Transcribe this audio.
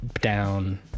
down